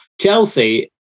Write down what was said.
Chelsea